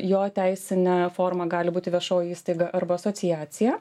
jo teisine forma gali būti viešoji įstaiga arba asociacija